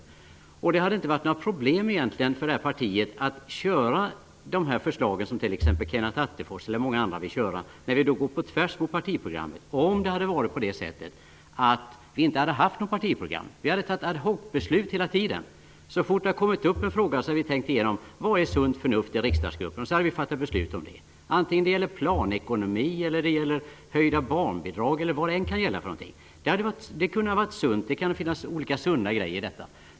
Det hade egentligen inte varit några problem för det här partiet att driva de förslag som t.ex. Kenneth Attefors och många andra vill göra, där vi går på tvärs med partiprogrammet, om det hade varit på det sättet att vi inte hade haft något partiprogram. Vi hade fattat ad hoc-beslut hela tiden. Så fort det kommit upp en fråga hade vi i riksdagsgruppen tänkt igenom den och frågat oss: Vad är sunt förnuft? Sedan hade vi fattat beslut, antingen det gällt planekonomi, höjda barnbidrag eller vad det än gällt för någonting. Det kunde ha varit sunt. Det kunde finnas olika sunda grejer i detta.